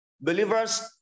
Believers